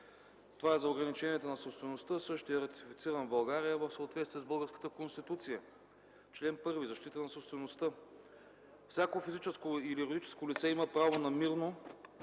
Това е за ограничението на собствеността. Същият е ратифициран в България в съответствие с българската Конституция: „Член 1. Защита на собствеността Всяко физическо или юридическо лице има право мирно